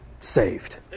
saved